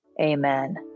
amen